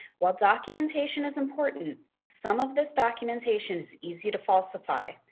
while documentation is important, some of this documentation is easy to falsify.